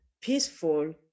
peaceful